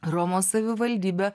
romos savivaldybė